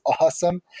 awesome